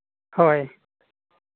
ᱦᱳᱭ